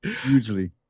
Hugely